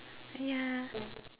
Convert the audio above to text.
ya